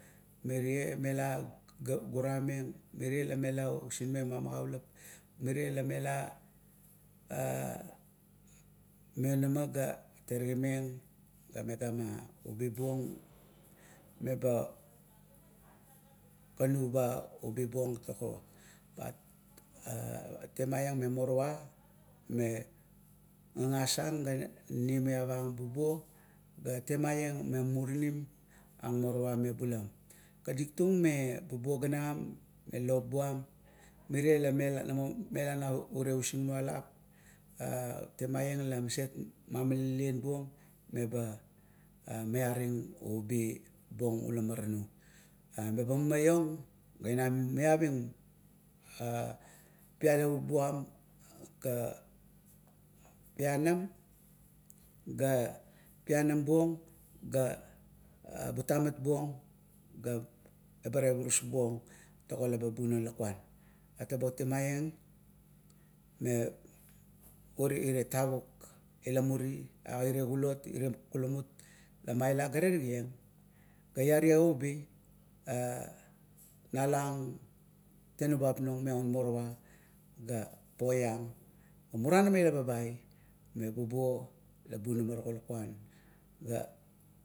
Mire mela gurameng, mere la mela usinmeng ma magaulap. Mire la mela a maionama ga terigimeng gamegama ubi buong meba kanu ba ubibong tago. Pa temaieng me morowa me gagas ung ga ninimiap ung bubuo, ga temaieng me muririnim ang morowa mebulam. Kadik tung me bubuo ganam me lop buam, mire la na mo mela na ure usingnualap e temaieng la maset mamalian buong meba maiaring ubi buong ul maranu. Leba ina mumaiong ga maiavim pialavup buam, ga pianam, ga pianambuong, ga butamat buong ga eba tevurus buong, tago la ba bunang lakuan. Atabo temaieng me ure tavuk ila muru aire kulot o kulamut lama ila ga terigieng, ga iareo ubi, a nalang tenubap nung me aun morowa, ga poiang ga muranama ila babai, me bubuo la bunama, tago lukuan ga